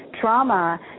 trauma